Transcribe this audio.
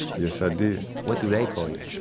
yes, i did what do they call you?